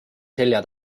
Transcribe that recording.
selja